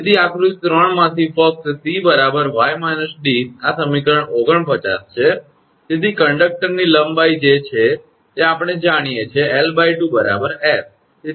તેથી આકૃતિ 3 માંથી ફક્ત 𝑐 𝑦 − 𝑑 આ સમીકરણ 49 છે તેથી કંડકટરની લંબાઈ જે છે તે આપણે જાણીએ છીએ કે 𝑙2 𝑠